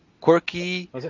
quirky